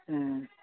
अँ